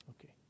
Okay